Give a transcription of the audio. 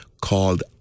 called